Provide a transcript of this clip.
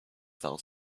fell